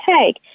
take